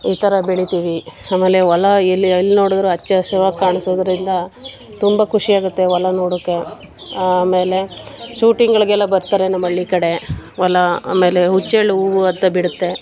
ಈ ಥರ ಬೆಳಿತೀವಿ ಆಮೇಲೆ ಹೊಲ ಎಲ್ಲಿ ಎಲ್ಲಿ ನೋಡಿದ್ರು ಹಚ್ಚ ಹಸುರ್ವಾಗಿ ಕಾಣಿಸೋದ್ರಿಂದ ತುಂಬ ಖುಷಿಯಾಗತ್ತೆ ಹೊಲ ನೋಡೋಕೆ ಆಮೇಲೆ ಶೂಟಿಂಗ್ಗಳಿಗೆಲ್ಲ ಬರ್ತಾರೆ ನಮ್ಮ ಹಳ್ಳಿ ಕಡೆ ಹೊಲ ಆಮೇಲೆ ಹುಚ್ಚೆಳ್ಳು ಹೂವು ಅಂತ ಬಿಡತ್ತೆ